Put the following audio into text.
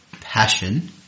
passion